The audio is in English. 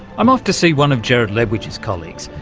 i'm off to see one of gerard ledwich's colleagues.